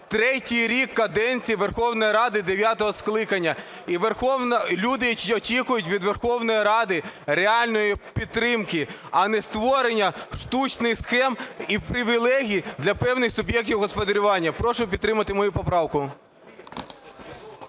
третій рік каденції Верховної Ради дев'ятого скликання, і люди очікують від Верховної Ради реальної підтримки, а не створення штучних схем і привілеїв для певних суб'єктів господарювання. Прошу підтримати мою поправку.